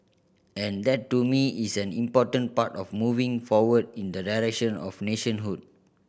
and that to me is an important part of moving forward in the direction of nationhood